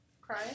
Cry